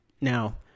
Now